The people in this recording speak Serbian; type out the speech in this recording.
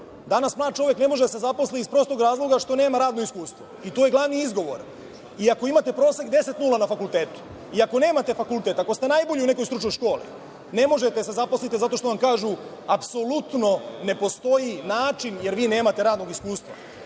Danas mlad čovek ne može da se zaposli iz prostog razloga što nema radno iskustvo. To je glavni izgovor. Iako imate prosek deset nula na fakultetu. Iako nemate fakultet, ako ste najbolji u nekoj stručnoj školi, ne možete da se zaposlite zato što vam kažu apsolutno ne postoji način, jer vi nemate radnog iskustva. Mi